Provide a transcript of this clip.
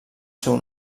seu